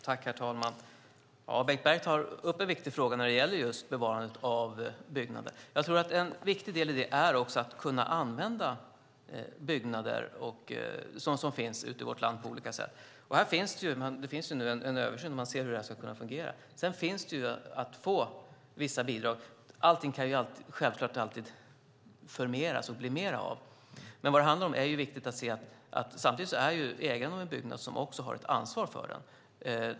Herr talman! Bengt Berg tar upp en viktig fråga när det gäller bevarandet av byggnader. Jag tror att en viktig del i detta är att kunna använda de byggnader som finns ute i vårt land på olika sätt. Det finns en översyn av hur det ska kunna fungera. Det finns också vissa bidrag att få. Allting kan självfallet förmeras. Samtidigt har ägaren av en byggnad också ett ansvar för den.